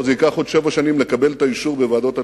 ייקח עוד שבע שנים לקבל את האישור בוועדות התכנון.